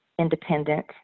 independent